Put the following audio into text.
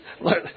Lord